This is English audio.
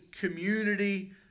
community